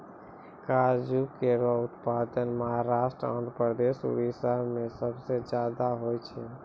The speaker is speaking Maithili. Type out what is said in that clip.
काजू केरो उत्पादन महाराष्ट्र, आंध्रप्रदेश, उड़ीसा में सबसे जादा होय छै